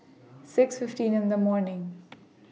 six fifteen in The morning